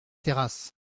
terrasse